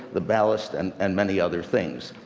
the ballast and and many other things.